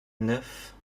neuf